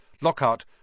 Lockhart